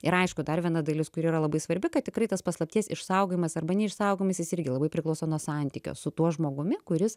ir aišku dar viena dalis kuri yra labai svarbi kad tikrai tas paslapties išsaugojimas arba neišsaugomis is irgi labai priklauso nuo santykio su tuo žmogumi kuris